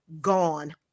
gone